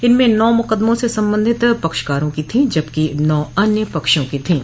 इनमें नौ मुकदमे से संबंधित पक्षकारों की थीं जबकि नौ अन्य पक्षों की थीं